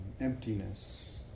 emptiness